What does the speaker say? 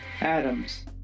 Adams